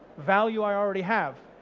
value i already have.